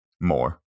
more